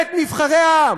בית נבחרי העם,